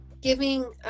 giving